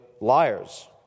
liars